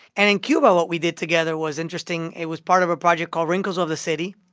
and in cuba, what we did together was interesting. it was part of a project called wrinkles of the city.